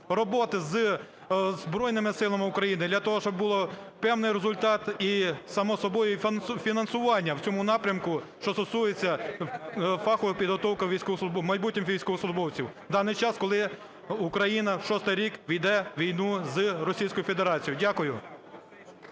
роботу із Збройними Силами України для того, щоб був певний результат і, само собою, фінансування в цьому напрямку, що стосується фахової підготовки військовослужбовців, майбутніх військовослужбовців, в даний час, коли Україна шостий рік веде війну з Російською Федерацією. Дякую.